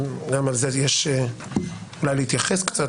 גם על זה יש אולי להתייחס קצת,